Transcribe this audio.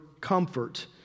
comfort